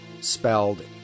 spelled